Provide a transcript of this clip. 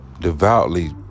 devoutly